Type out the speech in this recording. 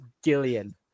Gillian